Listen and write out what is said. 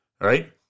right